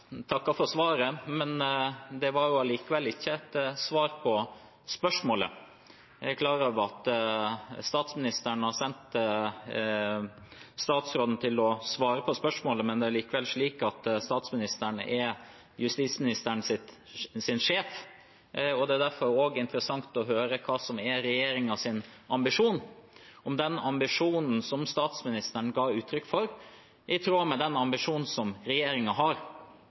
takker for svaret, men det var allikevel ikke et svar på spørsmålet. Jeg er klar over at statsministeren har sendt statsråden for å svare på spørsmålet, men det er likevel slik at statsministeren er justisministerens sjef, og det er derfor også interessant å høre hva som er regjeringens ambisjon, om den ambisjonen som statsministeren ga uttrykk for, er i tråd med den ambisjonen som regjeringen har,